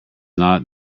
not